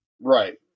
Right